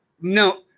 No